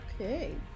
Okay